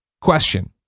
question